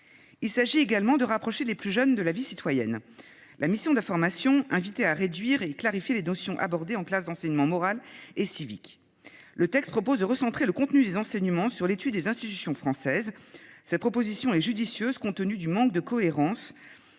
Il s'agit également de rapprocher les plus jeunes de la vie citoyenne. La mission d'information, invité à réduire et clarifier les notions abordées en classe d'enseignement moral et civique. Le texte propose de recentrer le contenu des enseignements sur l'étude des institutions françaises. Cette proposition est judicieuse compte tenu du manque de cohérence